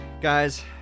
guys